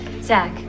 zach